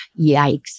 Yikes